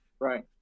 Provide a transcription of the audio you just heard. right